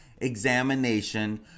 examination